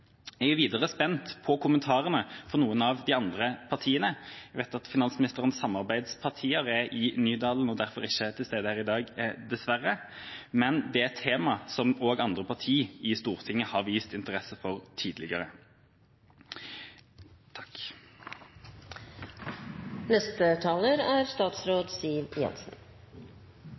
Jeg er videre spent på kommentarene fra noen av de andre partiene. Jeg vet at finansministerens samarbeidspartier er i Nydalen og derfor ikke til stede her i dag, dessverre, men dette er et tema som også andre partier i Stortinget har vist interesse for tidligere. La meg bare understreke at jeg er